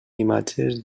imatges